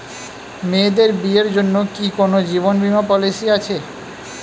মেয়েদের বিয়ের জন্য কি কোন জীবন বিমা পলিছি আছে?